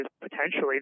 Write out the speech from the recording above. potentially